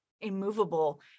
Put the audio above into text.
immovable